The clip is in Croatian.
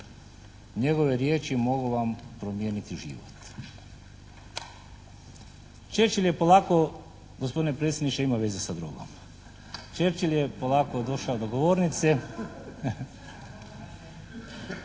Njegove riječi mogu vam promijeniti život.". Churchill je polako, gospodine predsjedniče ima veze sa drogom, došao do govornice,